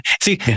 see